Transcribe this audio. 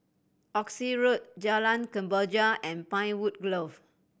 Oxley Road Jalan Kemboja and Pinewood Grove